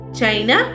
China